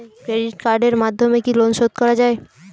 Credit কার্ডের মাধ্যমে কি লোন শোধ করা যায়?